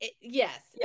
Yes